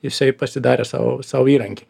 jisai pasidarė sau sau įrankį